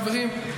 חברים,